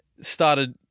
started